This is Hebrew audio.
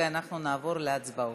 ואנחנו נעבור להצבעות.